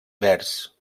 vers